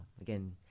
Again